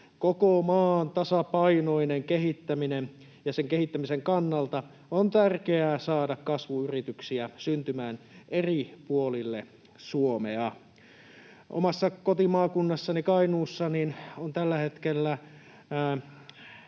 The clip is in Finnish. Koko maan tasapainoisen kehittämisen kannalta on tärkeää saada kasvuyrityksiä syntymään eri puolille Suomea. Omassa kotimaakunnassani Kainuussa on tällä hetkellä